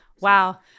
Wow